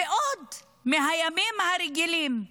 ועוד מהימים הרגילים,